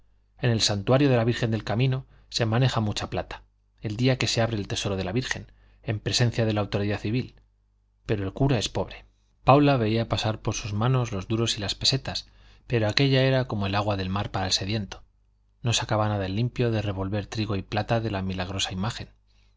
en el santuario de la virgen del camino se maneja mucha plata el día que se abre el tesoro de la virgen en presencia de la autoridad civil pero el cura es pobre paula veía pasar por sus manos los duros y las pesetas pero aquello era como agua del mar para el sediento no sacaba nada en limpio de revolver trigo y plata de la milagrosa imagen